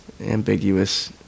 ambiguous